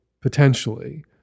potentially